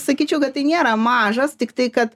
sakyčiau kad tai nėra mažas tiktai kad